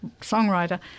songwriter